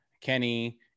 Kenny